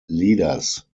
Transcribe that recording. leaders